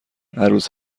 عروس